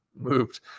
moved